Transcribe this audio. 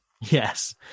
yes